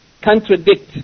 contradict